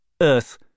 Earth